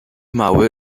mały